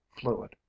fluid